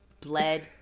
Bled